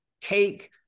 cake